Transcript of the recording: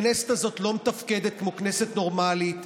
הכנסת הזאת לא מתפקדת כמו כנסת נורמלית,